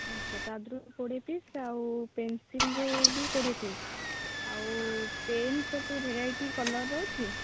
ଆଚ୍ଛା ତା'ଦେହରୁ କୋଡ଼ିଏ ପିସ୍ ଆଉ ପେନସିଲ୍ରୁ ବି କୋଡ଼ିଏ ପିସ୍ ଆଉ ପେନ୍ ସବୁ ଭେରାଇଟି କଲର ରହୁଛି